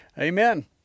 Amen